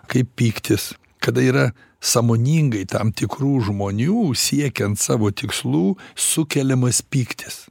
kaip pyktis kada yra sąmoningai tam tikrų žmonių siekiant savo tikslų sukeliamas pyktis